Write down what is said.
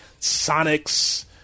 Sonics